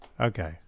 Okay